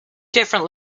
different